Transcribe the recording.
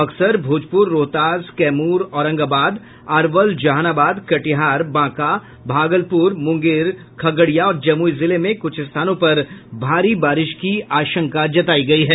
बक्सर भोजपुर रोहतास कैमूर औरंगाबाद अरवल जहानाबाद कटिहार बांका भागलपुर मुंगेर खगड़िया और जमुई जिले में कुछ स्थानों पर भारी बारिश की आशंका जतायी गयी है